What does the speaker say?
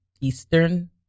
Eastern